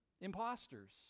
imposters